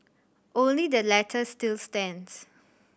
only the latter still stands